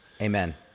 Amen